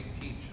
teach